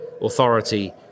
authority